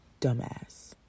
Dumbass